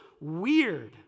weird